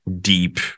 deep